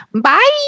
Bye